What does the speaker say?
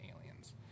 aliens